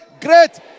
great